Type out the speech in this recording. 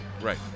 Right